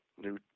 new